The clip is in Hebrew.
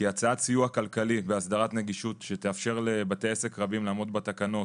הצעת סיוע כלכלי והסדרת נגישות שתאפשר לבתי עסק רבים לעמוד בתקנות